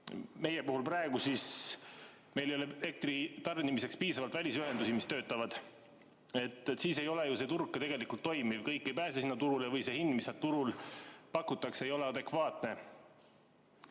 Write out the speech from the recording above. meie puhul praegu ei ole elektri tarnimiseks piisavalt välisühendusi, mis töötavad –, siis see turg ju tegelikult ei toimi. Kõik ei pääse sinna turule või see hind, mis seal turul pakutakse, ei ole adekvaatne.